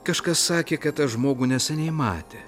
kažkas sakė kad tą žmogų neseniai matė